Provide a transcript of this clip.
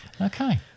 Okay